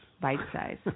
Bite-size